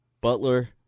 Butler